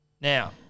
Now